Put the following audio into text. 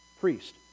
priest